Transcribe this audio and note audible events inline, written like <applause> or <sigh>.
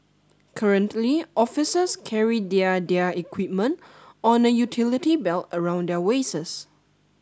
currently officers carry their their equipment on a utility belt around their <unintelligible>